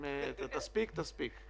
אם תספיק תספיק.